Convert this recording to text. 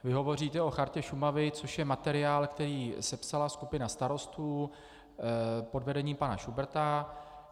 Vy hovoříte o Chartě Šumavy, což je materiál, který sepsala skupina starostů pod vedením pana Šubrta.